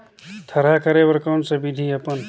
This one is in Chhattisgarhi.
थरहा करे बर कौन सा विधि अपन?